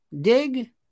dig